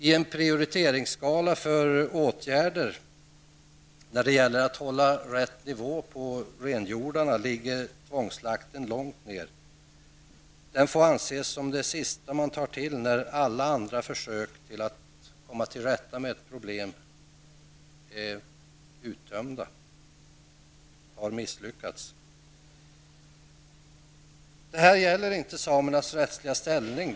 I en prioriteringsskala för åtgärder för att hålla rätt nivå på renjordarna ligger tvångsslakten långt ner. Den får anses som det sista man tar till när alla andra försök att komma till rätta med problemet har misslyckats. Det här gäller inte samernas rättsliga ställning.